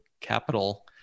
capital